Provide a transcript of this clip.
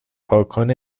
پاکن